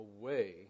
away